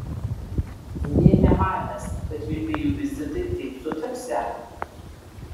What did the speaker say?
nė nemanęs kad jųdviejų vizitai taip sutapsią